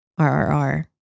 RRR